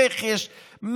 רכש,